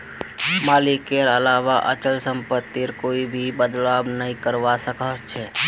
मालिकेर अलावा अचल सम्पत्तित कोई भी बदलाव नइ करवा सख छ